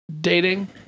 dating